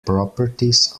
properties